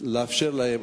לאפשר להם,